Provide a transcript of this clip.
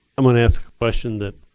i'm going to ask a question that